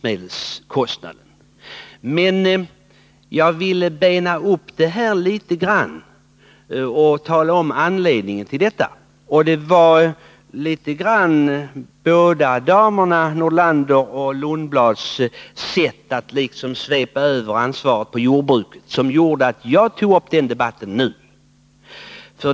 Men jag vill bena upp frågan litet och tala om anledningen till detta. Både Karin Nordlander och Grethe Lundblad svepte liksom över ansvaret på jordbruket, och det var därför som jag tog upp den här debatten nu.